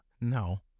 No